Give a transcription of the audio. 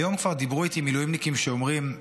היום כבר דיברו איתי מילואימניקים שאומרים: